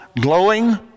glowing